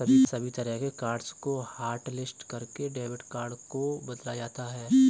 सभी तरह के कार्ड्स को हाटलिस्ट करके डेबिट कार्ड को बदला जाता है